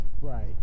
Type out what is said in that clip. Right